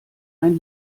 ein